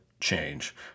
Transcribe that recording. change